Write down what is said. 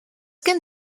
gen